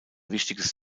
wichtiges